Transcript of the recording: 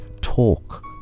talk